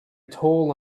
toll